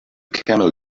camel